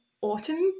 autumn